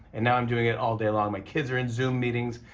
and now i'm doing it all day long. my kids are in zoom meetings.